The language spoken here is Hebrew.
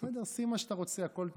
בסדר, שים מה שאתה רוצה, הכול טוב.